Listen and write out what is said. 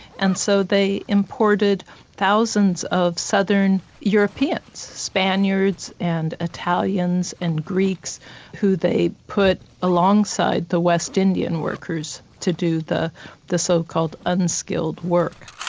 and so they imported thousands of southern europeans, spaniards and italians and greeks who they put alongside the west indian workers to do the the so-called unskilled work.